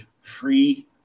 Free